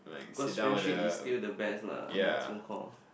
because friendships is still the best lah I mean so called